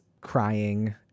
crying